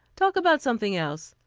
talk about something else.